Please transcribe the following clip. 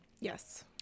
yes